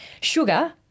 sugar –